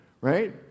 right